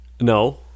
No